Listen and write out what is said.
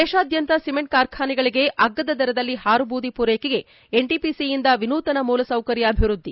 ದೇಶಾದ್ಯಂತ ಸಿಮೆಂಟ್ ಕಾರ್ಖಾನೆಗಳಿಗೆ ಅಗ್ಗದ ದರದಲ್ಲಿ ಹಾರು ಬೂದಿ ಪೂರೈಕೆಗೆ ು ಎನ್ಟಿಪಿಸಿಯಿಂದ ವಿನೂತನ ಮೂಲಸೌಕರ್ಯ ಅಭಿವೃದ್ದಿ